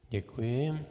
Děkuji.